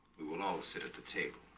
we will all sit at the table